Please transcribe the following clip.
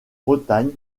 bretagne